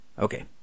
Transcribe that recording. Okay